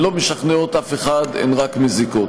הן לא משכנעות אף אחד, הן רק מזיקות.